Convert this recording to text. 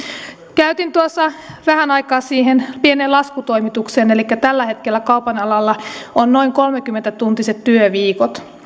käytin tuossa vähän aikaa pieneen laskutoimitukseen elikkä tällä hetkellä kaupan alalla on noin kolmekymmentä tuntiset työviikot